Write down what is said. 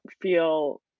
feel